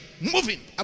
Moving